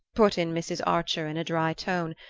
put in mrs. archer in a dry tone,